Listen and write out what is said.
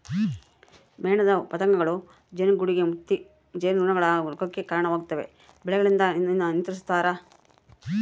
ಮೇಣದ ಪತಂಗಗಳೂ ಜೇನುಗೂಡುಗೆ ಮುತ್ತಿ ಜೇನುನೊಣಗಳ ರೋಗಕ್ಕೆ ಕರಣವಾಗ್ತವೆ ಬೆಳೆಗಳಿಂದ ನಿಯಂತ್ರಿಸ್ತರ